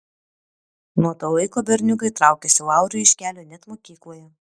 nuo to laiko berniukai traukėsi lauriui iš kelio net mokykloje